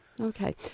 Okay